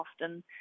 often